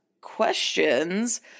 questions